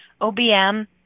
OBM